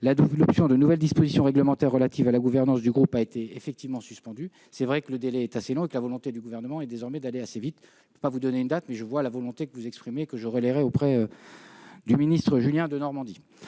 l'adoption de nouvelles dispositions réglementaires relatives à la gouvernance du groupe a été effectivement suspendue. Il est vrai que le délai est long et que la volonté du Gouvernement est désormais d'aller assez vite. Je ne peux pas vous donner une date, mais je relayerai vos préoccupations auprès de Julien Denormandie.